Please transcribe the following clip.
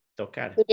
Tocar